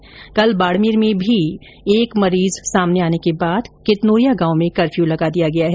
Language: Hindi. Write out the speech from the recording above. उधर कल बाडमेर में भी पॉजिटिव मरीज सामने आने के बाद कितनोरिया गांव में कर्फ्यू लगा दिया गया है